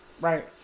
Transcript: Right